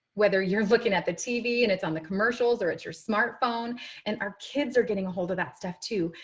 whether you're looking at the tv and it's on the commercials commercials or it's your smartphone and our kids are getting a hold of that stuff, too.